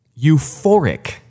Euphoric